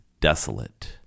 desolate